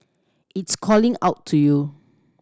it's calling out to you